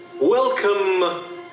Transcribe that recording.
Welcome